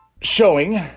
showing –